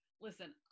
listen